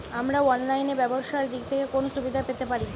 আমরা অনলাইনে ব্যবসার দিক থেকে কোন সুবিধা পেতে পারি?